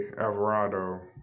Alvarado